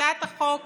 הצעת החוק